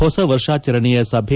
ಹೊಸ ವರ್ಷಾಚರಣೆಯ ಸಭೆ